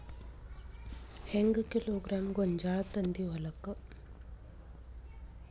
ಹೆಂಗ್ ಕಿಲೋಗ್ರಾಂ ಗೋಂಜಾಳ ತಂದಿ ಹೊಲಕ್ಕ?